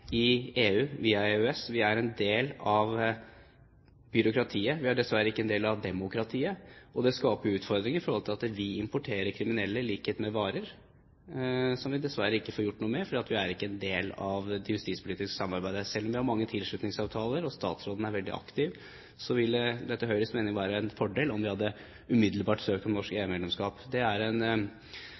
i EU via EØS. Vi er en del av byråkratiet. Vi er dessverre ikke en del av demokratiet. Det skaper utfordringer, for vi importerer kriminelle, i likhet med varer, som vi dessverre ikke får gjort noe med fordi vi ikke er en del av det justispolitiske samarbeidet. Selv om vi har mange tilslutningsavtaler og statsråden er veldig aktiv, ville det etter Høyres mening ha vært en fordel om vi umiddelbart hadde søkt om norsk EU-medlemskap. Det er en